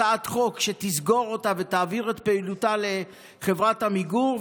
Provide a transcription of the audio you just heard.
הצעת חוק שתסגור אותה ותעביר את פעילותה לחברת עמיגור.